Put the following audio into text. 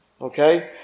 Okay